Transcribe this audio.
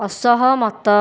ଅସହମତ